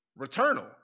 Returnal